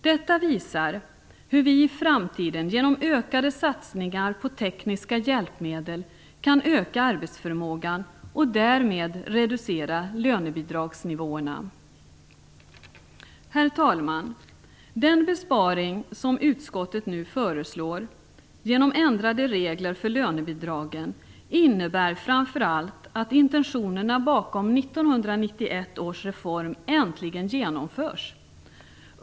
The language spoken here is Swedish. Detta visar hur vi i framtiden genom ökade satsningar på tekniska hjälpmedel kan öka arbetsförmågan och därmed reducera lönebidragsnivåerna. Herr talman! Den besparing som utskottet nu föreslår genom ändrade regler för lönebidragen innebär framför allt att intentionerna bakom 1991 års reform äntligen genomförs.